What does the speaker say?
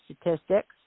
statistics